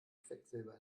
quecksilber